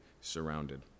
surrounded